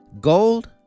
gold